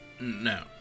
No